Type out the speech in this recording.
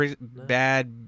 bad